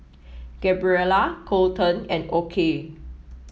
Gabriella Coleton and Okey